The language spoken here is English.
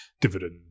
dividend